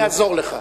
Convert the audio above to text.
אני אעזור לך.